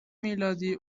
میلادی